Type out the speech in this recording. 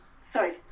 Sorry